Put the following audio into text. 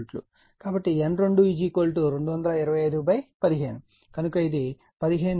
కాబట్టి N2 22515 కనుక ఇది 15 N2 విలువ 15 అవుతుంది